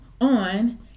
On